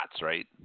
right